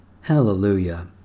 Hallelujah